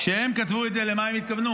כשהם כתבו את זה, למה הם התכוונו?